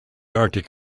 arctic